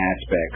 aspects